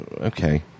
Okay